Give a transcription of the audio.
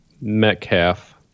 Metcalf